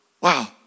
Wow